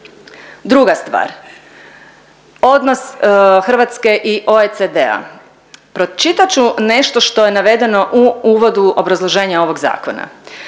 Druga stvar, odnos Hrvatske i OECD-a. Pročitat ću nešto što je navedeno u uvodu obrazloženja ovog zakona.